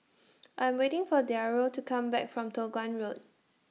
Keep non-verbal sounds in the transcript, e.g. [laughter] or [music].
[noise] I Am waiting For Dario to Come Back from Toh Guan Road